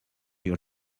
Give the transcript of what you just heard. your